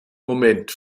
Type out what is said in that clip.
moment